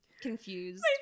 confused